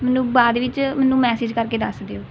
ਮੈਨੂੰ ਬਾਅਦ ਵਿੱਚ ਮੈਨੂੰ ਮੈਸੇਜ ਕਰਕੇ ਦੱਸ ਦਿਉ